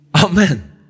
Amen